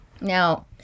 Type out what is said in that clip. Now